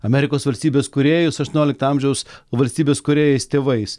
amerikos valstybės kūrėjus aštuoniolikto amžiaus valstybės kūrėjais tėvais